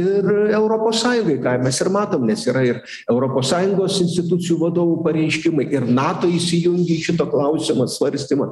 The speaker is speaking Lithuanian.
ir europos sąjungai ką mes ir matom nes yra ir europos sąjungos institucijų vadovų pareiškimai ir nato įsijungė į šito klausimo svarstymą